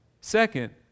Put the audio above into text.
Second